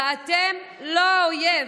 ואתם לא האויב,